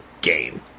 game